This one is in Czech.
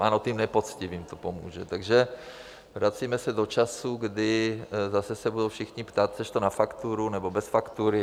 Ano, těm nepoctivým to pomůže, takže vracíme se do časů, kdy zase se budou všichni ptát: Chceš to na fakturu, nebo bez faktury?